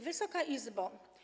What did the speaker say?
Wysoka Izbo!